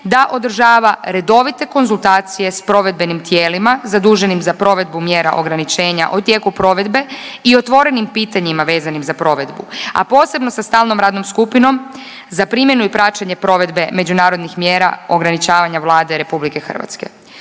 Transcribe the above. da održava redovite konzultacije s provedbenim tijelima zaduženim za provedbu mjera ograničenja o tijeku provedbe i otvorenim pitanjima vezanim za provedbu, a posebno sa stalnom radnom skupinom za primjenu i praćenje provedbe međunarodnih mjera ograničavanja Vlade RH, da